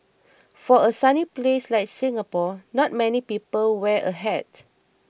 for a sunny place like Singapore not many people wear a hat